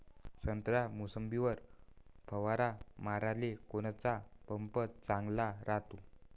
संत्रा, मोसंबीवर फवारा माराले कोनचा पंप चांगला रायते?